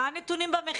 מה הם הנתונים במכינות?